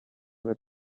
were